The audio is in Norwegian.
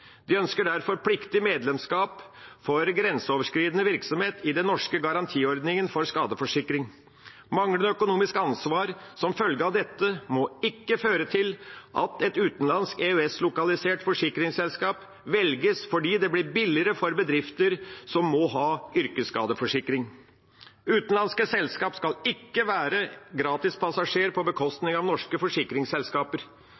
De ønsker derfor pliktig medlemskap for grenseoverskridende virksomhet i den norske garantiordningen for skadeforsikring. Manglende økonomisk ansvar som følge av dette må ikke føre til at et utenlandsk EØS-lokalisert forsikringsselskap velges fordi det blir billigere for bedrifter som må ha yrkesskadeforsikring. Utenlandske selskaper skal ikke være gratispassasjerer på